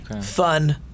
fun